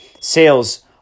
Sales